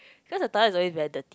cause the toilet is always very dirty